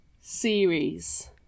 series